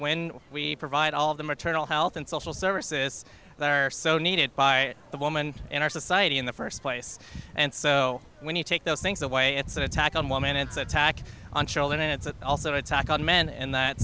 when we provide all the maternal health and social services that are so needed by the woman in our society in the first place and so when you take those things away it's an attack on woman it's attack on children it's also attack on men